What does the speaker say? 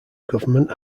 government